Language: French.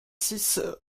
six